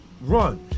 run